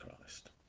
Christ